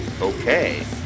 okay